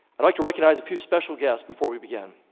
i'd like to recognize a few special guests before we begin.